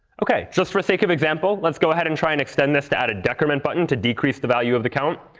ok, just for sake of example, let's go ahead and try and extend this to add a decrement button to decrease the value of the count.